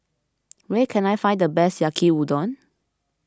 where can I find the best Yaki Udon